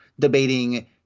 Debating